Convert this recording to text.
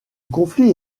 conflit